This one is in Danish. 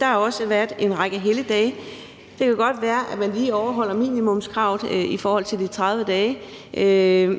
Der har også været en række helligdage. Det kan godt være, at man lige overholder minimumskravet i forhold til de 30 dage,